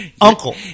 Uncle